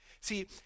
See